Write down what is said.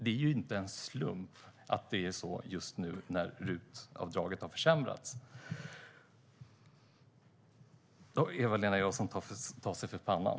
Det är ju inte en slump att det är så just nu när RUT-avdraget har försämrats. Eva-Lena Jansson tar sig för pannan.